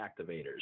activators